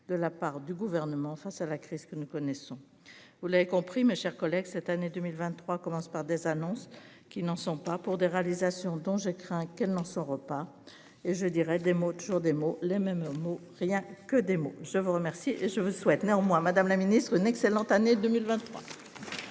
de la part du gouvernement face à la crise que nous connaissons. Vous l'avez compris, mes chers collègues, cette année 2023 commence par des annonces qui n'en sont pas pour des réalisations dont je crains qu'elle n'en sort pas et je dirais des mots, toujours des mots, les mêmes mots, rien que des mots, je vous remercie je vous souhaite néanmoins madame la ministre, une excellente année 2023.--